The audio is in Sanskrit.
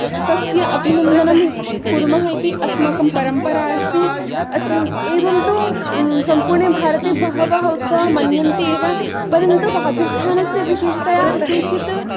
तस्य अभिनन्दनं कुर्मः इति अस्माकं परम्परा अस्ति अस् एवं तु सम्पूर्णे भारते बहवः उत्सवाः मन्यन्ते एव परन्तु राजस्थानस्य विशेषतया केचित्